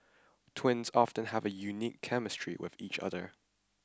twins often have a unique chemistry with each other